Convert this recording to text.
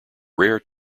rare